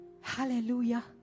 Hallelujah